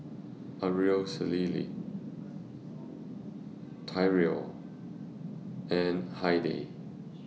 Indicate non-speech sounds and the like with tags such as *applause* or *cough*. *noise* Araceli Tyrell and Heidi